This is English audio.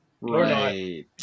Right